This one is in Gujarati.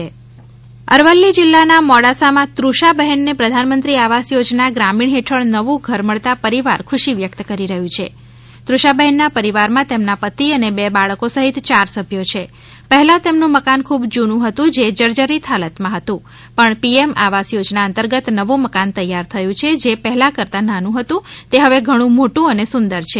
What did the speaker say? અરવલ્લી પ્રધાનમંત્રી આવાસ યોજના અરવલ્લી જિલ્લાના મોડાસામાં તૃષા બહેનને પ્રધાનમંત્રી આવાસ યોજના ગ્રામીણ હેઠળ નવું ઘર મળતા પરિવાર ખુશી વ્યક્ત કરી રહ્યું છે તૃષાબહેનના પરિવારમાં તેમના પતિ અને બે બાળકો સહિત ચાર સભ્યો છે પહેલા તેમનું મકાન ખૂબ જુનુ હતી જે જર્જરિત હાલતમાં હતું પણ પીએમ આવાસ યોજના અંતર્ગત નવું મકાન તૈયાર થયું છે જે મકાન પહેલા નાનું હતું તે હવે ઘણુ મોટુ અને સુંદર છે